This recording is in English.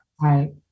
right